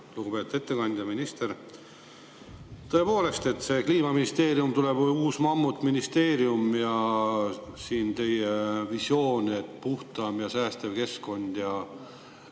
Lugupeetud ettekandja, minister! Tõepoolest, see Kliimaministeerium tuleb uus mammutministeerium. Ja see teie visioon, et puhtam ja säästev keskkond –